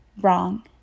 Wrong